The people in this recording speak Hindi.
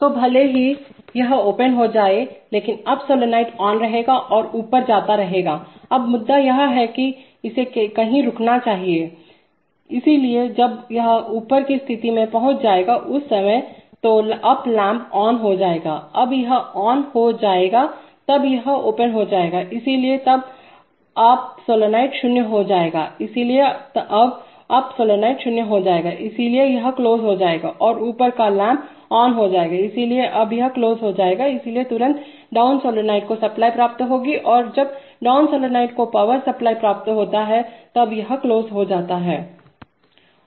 तो भले ही यह ओपन हो जाए लेकिन अप सॉलोनॉयड ऑन रहेगा और ऊपर जाता रहेगा अब मुद्दा यह है कि इसे कहीं रुकना चाहिए इसलिए जब यह ऊपर की स्थिति में पहुंच जाएगा उस समय तो अप लैंप ऑन हो जाएगा जब यह ऑन हो जाएगा तब यह ओपन हो जाएगा इसलिए तब अप सॉलॉएड शून्य हो जाएगा इसलिए अब अप सॉलॉइड शून्य हो जाएगा इसलिए यह क्लोज हो गया है और ऊपर का लैंप ऑन हो जाएगा इसलिए यह अब क्लोज हो गया है इसलिए तुरंत डाउन सोलेनाइड को सप्लाई प्राप्त होगी और जब डाउन सोलेनाइड को पावर सप्लाई प्राप्त होता है तब यह क्लोज हो जाता है